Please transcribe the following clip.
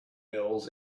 mills